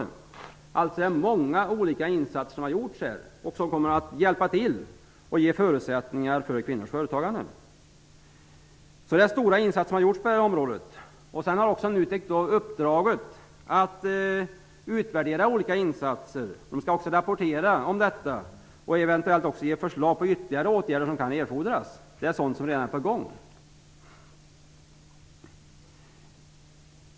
Det är alltså många olika insatser som gjorts och som kommer att hjälpa till att ge förutsättningar för kvinnors företagande. NUTEK har dessutom uppdraget att utvärdera olika insatser och rapportera om detta och eventuellt ge förslag till ytterligare åtgärder som kan erfordras. Detta är redan på gång.